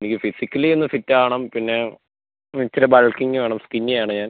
എനിക്ക് ഫിസിക്കലി ഒന്ന് ഫിറ്റ് ആവണം പിന്നെ ഇത്തിരി ബൾക്കിങ്ങ് വേണം സ്കിന്നി ആണ് ഞാൻ